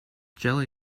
jelly